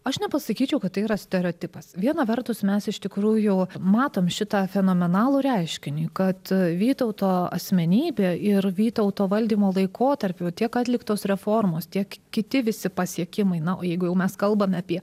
aš nepasakyčiau kad tai yra stereotipas viena vertus mes iš tikrųjų matom šitą fenomenalų reiškinį kad vytauto asmenybė ir vytauto valdymo laikotarpiu tiek atliktos reformos tiek kiti visi pasiekimai na o jeigu mes kalbame apie